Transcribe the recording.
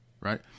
right